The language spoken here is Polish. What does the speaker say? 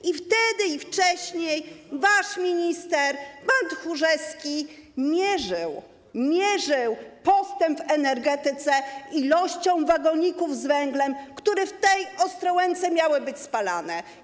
I wtedy, i wcześniej wasz minister, pan Tchórzewski, mierzył postęp w energetyce ilością wagoników z węglem, który w tej Ostrołęce miał być spalany.